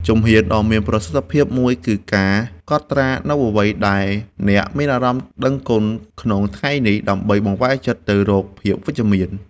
ជំហានដ៏មានប្រសិទ្ធភាពមួយគឺការកត់ត្រានូវអ្វីដែលអ្នកមានអារម្មណ៍ដឹងគុណក្នុងថ្ងៃនេះ ដើម្បីបង្វែរចិត្តទៅរកភាពវិជ្ជមាន។